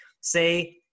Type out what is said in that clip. say